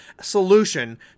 solution